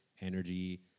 energy